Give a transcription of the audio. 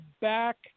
back